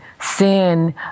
Sin